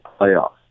playoffs